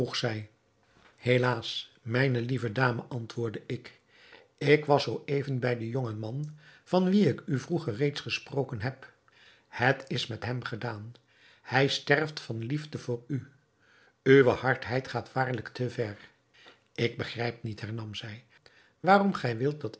helaas mijne lieve dame antwoordde ik ik was zoo even bij den jongen man van wien ik u vroeger reeds gesproken heb het is met hem gedaan hij sterft van liefde voor u uwe hardheid gaat waarlijk te ver ik begrijp niet hernam zij waarom gij wilt dat